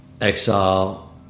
exile